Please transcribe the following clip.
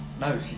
no